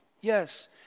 Yes